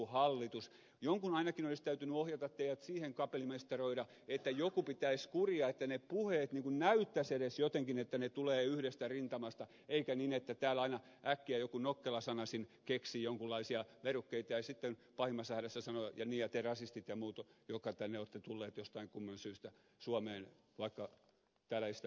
jonkun ainakin olisi täytynyt ohjata teidät siihen kapellimestaroida että joku pitäisi kuria että ne puheet näyttäisivät edes jotenkin että ne tulevat yhdestä rintamasta eikä niin että täällä aina äkkiä joku nokkelasanaisin keksii jonkunlaisia verukkeita ja sitten pahimmassa hädässä sanoo ja niin ja te rasistit ja muut jotka tänne olette tulleet jostain kumman syystä suomeen vaikka täällä ei sitä pitäisi olla